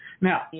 Now